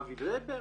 אבי וובר?